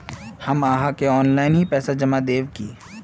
हम आहाँ के ऑनलाइन ही पैसा जमा देब की?